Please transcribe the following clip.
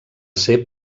ser